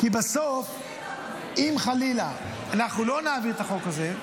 כי בסוף אם חלילה אנחנו לא נעלה את החוק הזה,